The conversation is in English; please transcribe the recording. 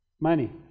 Money